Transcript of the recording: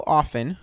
often